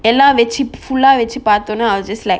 எல்லா வச்சி:ella vachi full ah வச்சி பாத்தனா:vachi pathana just like